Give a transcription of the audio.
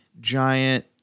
giant